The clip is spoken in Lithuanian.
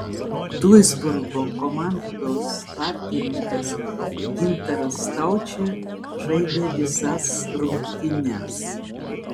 duisburgo komandos vartininkas gintaras staučė žaidė visas rungtynes